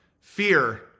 fear